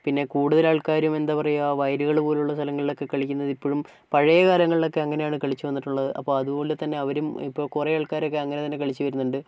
പിന്നെ കൂടുതൽ ആൾക്കാരും എന്താ പറയുക വയലുകൾ പോലുള്ള സ്ഥലങ്ങളിലൊക്കെ കളിക്കുന്നത് ഇപ്പോഴും പഴയ കാലങ്ങളിലൊക്കെ അങ്ങനെയാണ് കളിച്ചു വന്നിട്ടുള്ളത് അപ്പോൾ അതുപോലെ തന്നെ അവരും ഇപ്പം കുറേ ആൾക്കാരൊക്കെ അങ്ങനെ തന്നെ കളിച്ചു വരുന്നുണ്ട്